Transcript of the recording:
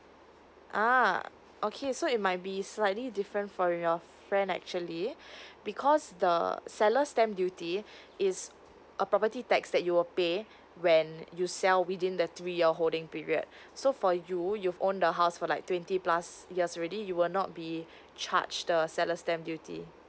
ah okay so it might be slightly different for your friend actually because the seller stamp duty is a property tax that you will pay when you sell within the three year holding period so for you you own the house for like twenty plus years already you will not be charge the seller stamp duty